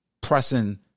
pressing